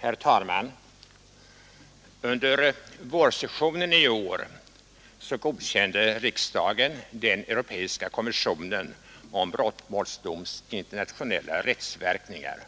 Herr talman! Under vårsessionen i år godkände riksdagen den europeiska konventionen om brottmålsdoms internationella rättsverkningar